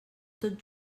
tot